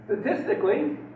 statistically